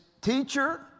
Teacher